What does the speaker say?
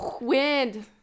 Wind